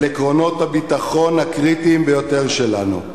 עקרונות הביטחון הקריטיים ביותר שלנו: